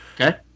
Okay